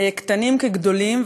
קטנים כגדולים.